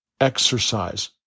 exercise